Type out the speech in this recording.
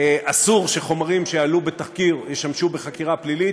אסור שחומר שיעלה בתחקיר ישמש בחקירה פלילית,